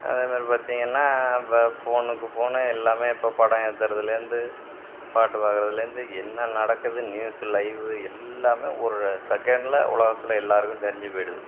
அதே மாதிரி பார்த்தீங்கன்னா இப்போ ஃபோனுக்கு ஃபோன் எல்லாமே இப்போது படம் ஏற்றுறதுலேந்து பாட்டு பார்க்கறதுலேந்து என்ன நடக்குதுன்னு நியூஸ் லைவ் எல்லாமே ஒரு செகண்ட்டில் உலகத்தில் எல்லாருக்கும் தெரிஞ்சு போய்விடுது